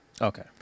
Okay